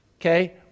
Okay